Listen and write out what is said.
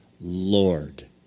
Lord